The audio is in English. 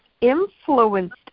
influenced